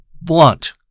blunt